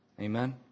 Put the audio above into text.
Amen